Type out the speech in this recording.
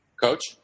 Coach